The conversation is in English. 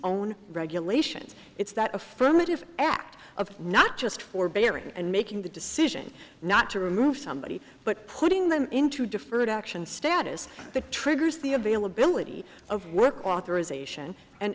own regulations it's that affirmative act of not just forbearing and making the decision not to remove somebody but putting them into deferred action status that triggers the availability of work authorization and